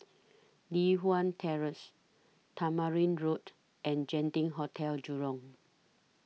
Li Hwan Terrace Tamarind Road and Genting Hotel Jurong